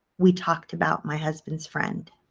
we talked about my husband's friend.